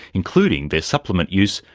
including their supplement use,